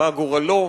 מה גורלו?